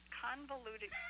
convoluted